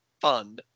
fun